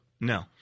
No